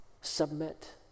Submit